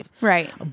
Right